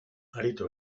aritu